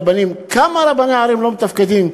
כמה רבני ערים לא מתפקדים?